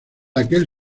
aquel